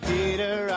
Peter